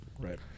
right